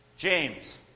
James